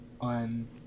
on